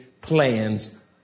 plans